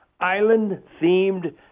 Island-themed